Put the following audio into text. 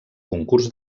concurs